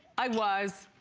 i was.